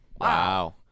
Wow